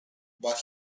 but